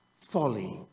folly